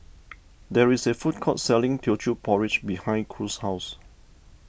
there is a food court selling Teochew Porridge behind Cruz's house